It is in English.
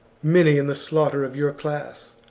many in the slaughter of your class.